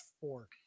four